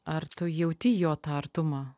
ar tu jauti jo tą artumą